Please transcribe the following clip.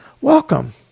welcome